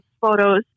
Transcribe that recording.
photos